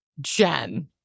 Jen